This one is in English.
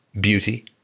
beauty